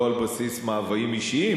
לא על בסיס מאוויים אישיים,